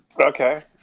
Okay